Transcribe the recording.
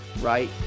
right